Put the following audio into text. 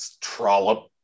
trollop